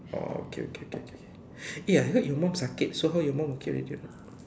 oh okay okay okay K eh I heard your mom sakit so how your mom okay already or not